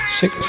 six